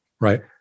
right